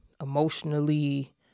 emotionally